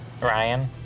ryan